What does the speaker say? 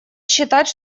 считать